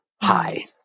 hi